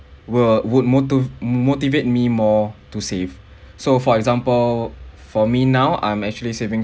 will would mote~ motivate me more to save so for example for me now I'm actually saving